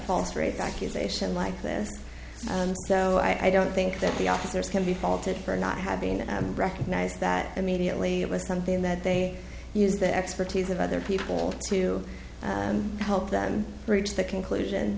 false rape accusation like this so i don't think that the officers can be faulted for not have been recognized that immediately it was something that they used the expertise of other people to help them reach the conclusion